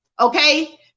okay